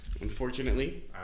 Unfortunately